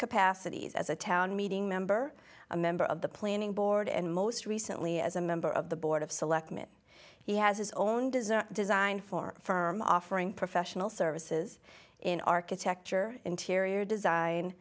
capacities as a town meeting member a member of the planning board and most recently as a member of the board of selectmen he has his own design design for our firm offering professional services in architecture interior design